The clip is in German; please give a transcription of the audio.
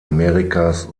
amerikas